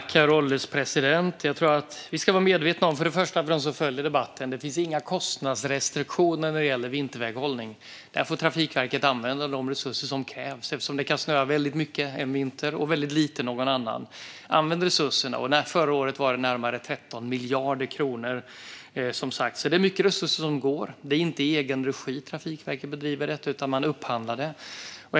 Herr ålderspresident! För dem som följer debatten vill jag till att börja med säga att det inte finns några kostnadsrestriktioner när det gäller vinterväghållning. Trafikverket får använda de resurser som krävs eftersom det kan snöa väldigt mycket en vinter och väldigt lite en annan. Använd resurserna! Förra året var det som sagt närmare 13 miljarder kronor. Det är mycket resurser. Trafikverket bedriver inte vinterväghållningen i egen regi, utan man upphandlar den.